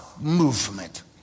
movement